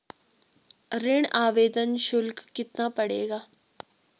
ऋण आवेदन शुल्क कितना पड़ेगा?